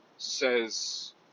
Says